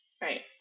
Right